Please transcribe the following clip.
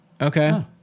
Okay